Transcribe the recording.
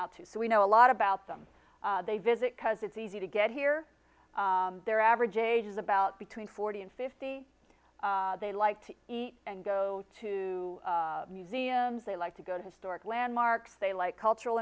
out to so we know a lot about them they visit because it's easy to get here their average age is about between forty and fifty they like to eat and go to museums they like to go to historic landmarks they like cultural